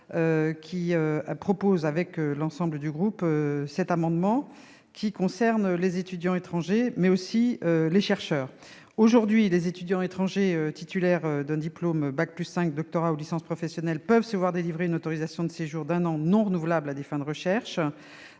nous propose, avec l'ensemble de notre groupe, d'adopter cet amendement qui a pour objet les étudiants étrangers, mais aussi les chercheurs. Aujourd'hui, les étudiants étrangers titulaires d'un diplôme de niveau bac+5, d'un doctorat ou d'une licence professionnelle peuvent se voir délivrer une autorisation de séjour d'un an non renouvelable à des fins de recherche